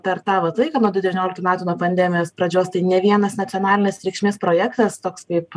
per tą vat laiką nuo du devynioliktų metų nuo pandemijos pradžios tai ne vienas nacionalinės reikšmės projektas toks kaip